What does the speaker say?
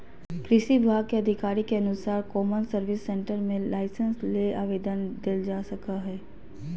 कृषि विभाग के अधिकारी के अनुसार कौमन सर्विस सेंटर मे लाइसेंस ले आवेदन देल जा सकई हई